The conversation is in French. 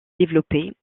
développé